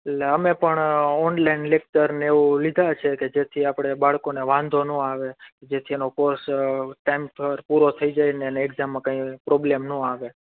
એટલે અમે પણ ઓનલાઈન લેક્ચરને એવું લીધા છે કે જેથી આપણે બાળકોને વાંધો નો આવે જેથી એનો કોર્સ ટાઈમ પર પૂરો થઈ જાયને અને એક્ઝામમાં કાંઈ પ્રોબ્લેમ નો આવે